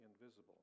invisible